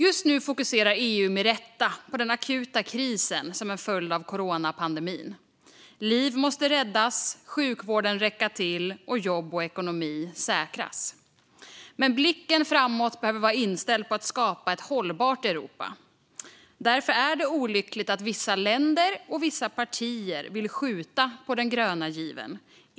Just nu fokuserar EU med rätta på den akuta krisen som är en följd av coronapandemin. Liv måste räddas, sjukvården räcka till och jobb och ekonomi säkras. Men blicken framåt behöver vara inställd på att skapa ett hållbart Europa. Därför är det olyckligt att vissa länder och partier vill skjuta på den gröna given.